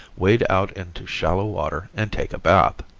wade out into shallow water and take a bath.